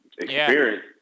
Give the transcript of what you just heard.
experience